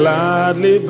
Gladly